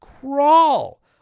Crawl